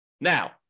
Now